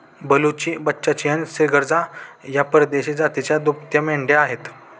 बलुची, बल्लाचियन, सिर्गजा या परदेशी जातीच्या दुभत्या मेंढ्या आहेत